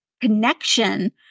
connection